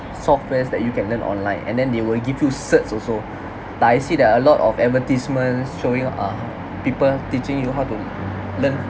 softwares that you can learn online and then they will give you certs also but I see there are a lot of advertisements showing uh people teaching you how to learn